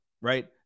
Right